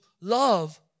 love